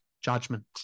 judgment